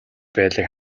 байдлыг